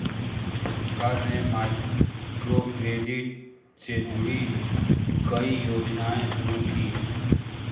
सरकार ने माइक्रोक्रेडिट से जुड़ी कई योजनाएं शुरू की